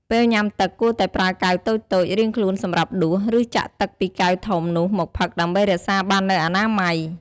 ពេលញ៊ាំទឹកគួរតែប្រើកែវតូចៗរៀងខ្លួនសម្រាប់ដួស ឬចាក់ទឹកពីកែវធំនោះមកផឹកដើម្បីរក្សាបាននូវអនាម័យ។